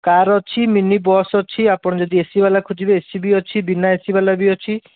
car ଅଛି mini bus ଅଛି ଆପଣ ଯଦି ଏସିଵାଲା ଖୋଜିବେ ଏସି ବି ଅଛି ବିନା ଏସିଵାଲା ବି ଅଛି